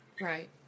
right